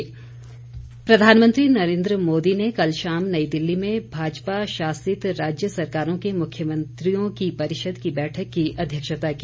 समीक्षा प्रधानमंत्री नरेन्द्र मोदी ने कल शाम नई दिल्ली में भाजपा शासित राज्य सरकारों के मुख्यमंत्रियों की परिषद की बैठक की अध्यक्षता की